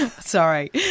Sorry